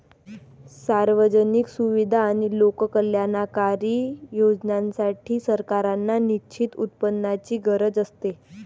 सार्वजनिक सुविधा आणि लोककल्याणकारी योजनांसाठी, सरकारांना निश्चित उत्पन्नाची गरज असते